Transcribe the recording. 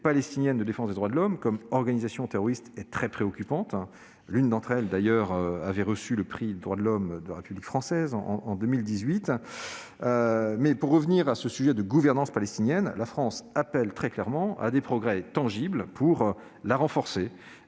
palestiniennes de défense des droits de l'homme comme organisations terroristes est très préoccupante- l'une d'entre elles avait reçu le prix des droits de l'homme de la République française en 2018. Mais pour revenir au sujet de la gouvernance palestinienne, la France appelle très clairement à des progrès tangibles pour la renforcer.